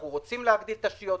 אנחנו רוצים להגדיל תשתיות.